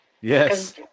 Yes